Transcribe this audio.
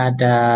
Ada